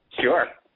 Sure